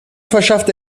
verschaffte